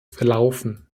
verlaufen